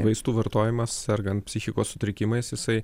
vaistų vartojimas sergant psichikos sutrikimais jisai